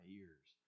ears